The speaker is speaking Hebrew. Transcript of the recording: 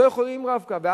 לא יכולים לנסוע עם "רב-קו".